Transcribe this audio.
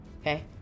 okay